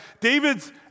David's